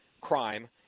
crime